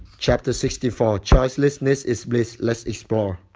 chapter sixty four choicelessness is bliss. let's explore.